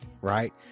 right